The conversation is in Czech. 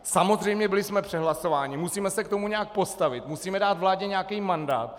Samozřejmě byli jsme přehlasováni, musíme se k tomu nějak postavit, musíme dát k tomu vládě nějaký mandát.